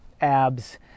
abs